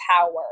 power